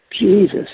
Jesus